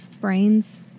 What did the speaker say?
Brains